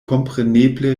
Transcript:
kompreneble